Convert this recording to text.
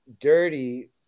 Dirty